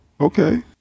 Okay